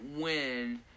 win